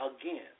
again